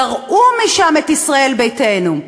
גרעו משם את ישראל ביתנו.